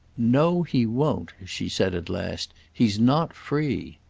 no he won't, she said at last. he's not free.